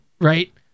right